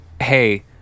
hey